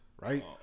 Right